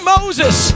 Moses